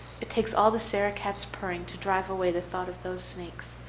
it takes all the sarah-cats's purring to drive away the thought of those snakes.